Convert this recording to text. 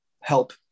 help